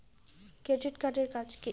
Credit card এর কাজ কি?